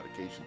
medications